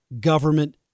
government